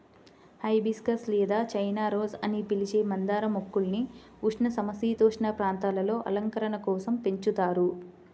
hibiscus లేదా China rose అని పిలిచే మందార మొక్కల్ని ఉష్ణ, సమసీతోష్ణ ప్రాంతాలలో అలంకరణ కోసం పెంచుతారు